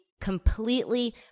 completely